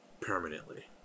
Permanently